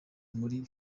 muri